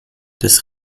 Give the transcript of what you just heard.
des